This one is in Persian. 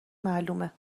معلومه